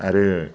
आरो